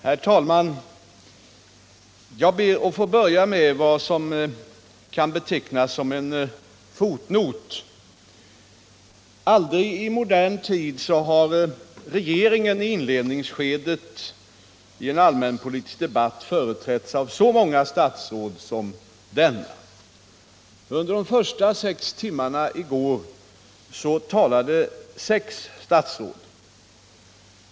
Herr talman! Jag ber att få börja med vad som kan betecknas såsom en fotnot. Aldrig tidigare i modern tid har väl regeringen i inledningsskedet av en allmänpolitisk debatt företrätts av så många statsråd som denna gång. Under de första sex timmarna i går talade sex statsråd.